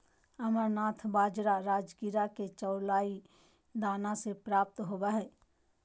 amaranth बाजरा राजगिरा के चौलाई दाना से प्राप्त होबा हइ